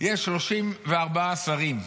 יש 34 שרים --- 38.